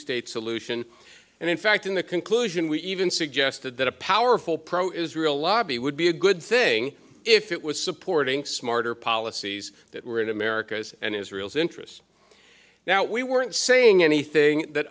state solution and in fact in the conclusion we even suggested that a powerful pro israel lobby would be a good thing if it was supporting smarter policies that were in america's and israel's interests now we weren't saying anything that